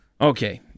Okay